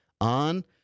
On